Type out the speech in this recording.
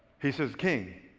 he says, king,